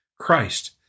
Christ